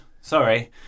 Sorry